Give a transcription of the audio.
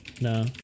No